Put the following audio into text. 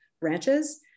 branches